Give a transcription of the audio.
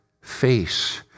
face